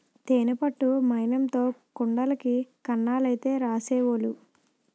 తేనె పట్టు మైనంతో కుండలకి కన్నాలైతే రాసేవోలు